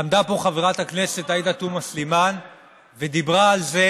עמדה פה חברת הכנסת עאידה תומא סלימאן ודיברה על זה